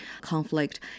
conflict